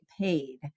paid